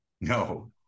No